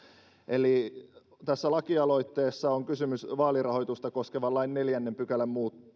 tässä lakialoitteessa on kysymys vaalirahoitusta koskevan lain neljännen pykälän